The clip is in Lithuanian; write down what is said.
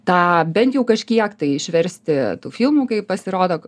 tą bent jau kažkiek tai išversti tų filmų kai pasirodo